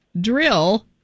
drill